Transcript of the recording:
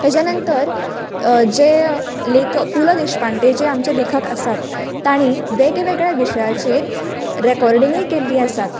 ताच्या नंतर जे लेखक पु ल देशपांडे जे आमचे लेखक आसात तांणी वेगड्यावेगड्या विशयाचेर रेकोर्डिंगूय केल्ली आसात